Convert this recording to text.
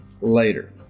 later